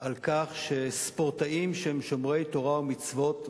על כך שספורטאים שהם שומרי תורה ומצוות,